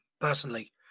personally